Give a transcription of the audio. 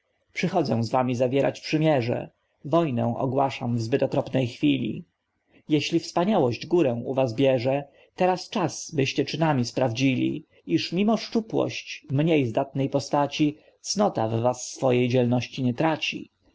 z wami zawierać przymierze wojnę ogłaszam w zbyt okropnej chwili jeśli wspaniałość górę u was bierze teraz czas byście czynami sprawdzili iż mimo szczupłość mniej zdatnej postaci cnota w was swojej dzielności nie traci